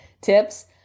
tips